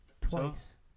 Twice